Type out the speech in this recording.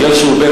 מכיוון שהוא בן